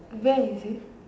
where is it